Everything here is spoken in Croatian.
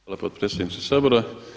Hvala, potpredsjedniče Sabora.